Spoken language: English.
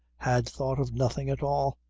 had thought of nothing at all.